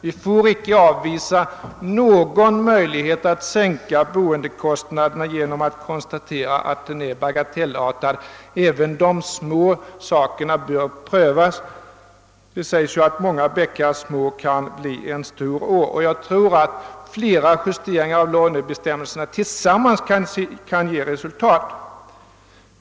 Vi får icke avvisa någon möjlighet att sänka boendekostnaderna genom att påstå att den är bagatellartad — även de små sakerna bör prövas. Det sägs ju att många bäckar små blir en stor å, och jag tror att flera justeringar av lånebestämmelserna tillsammans kan ge resultat.